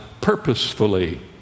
purposefully